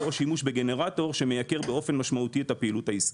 או שימוש בגנרטור שמייקר באופן משמעותי את הפעילות העסקית.